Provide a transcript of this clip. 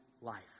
life